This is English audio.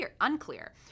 unclear